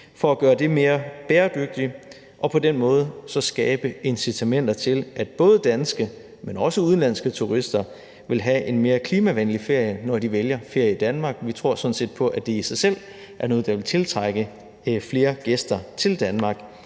for at gøre det mere bæredygtigt og på den måde skabe incitamenter til, at både danske, men også udenlandske turister vil have en mere klimavenlig ferie, når de vælger ferie i Danmark. Vi tror sådan set på, at det i sig selv er noget, der vil tiltrække flere gæster til Danmark,